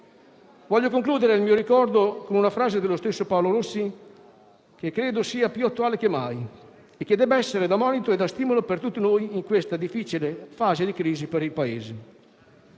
Voglio concludere il mio ricordo con una frase dello stesso Paolo Rossi che credo sia più attuale che mai e che deve fungere da monito e da stimolo per tutti noi in questa difficile fase di crisi per il Paese: